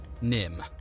Nim